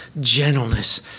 gentleness